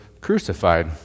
crucified